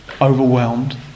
overwhelmed